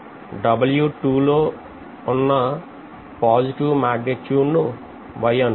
W2 లోఉన్నపాజిటివ్ magnitude ను Y అని అనుకుందాం